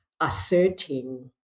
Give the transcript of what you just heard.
asserting